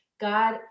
God